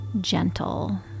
gentle